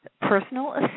personal